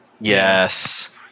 Yes